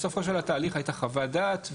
בסופו של התהליך היתה חווה דעת,